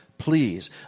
Please